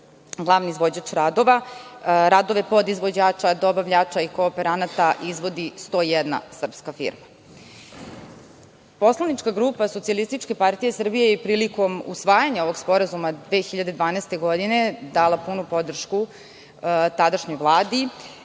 glavni izvođač ovih radova, radove podizvođača, dobavljača, kooperanata izvodi 101 srpska firma. Poslanička grupa SPS je prilikom usvajanja ovog sporazuma 2012. godine dala punu podršku tadašnjoj Vladi